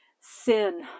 sin